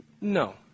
No